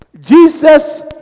jesus